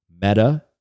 Meta